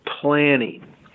planning